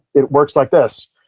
it works like this.